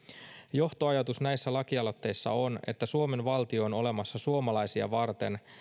johtoajatus näissä lakialoitteissa on että suomen valtio on olemassa suomalaisia varten